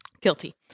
Guilty